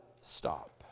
stop